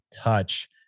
touch